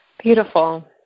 beautiful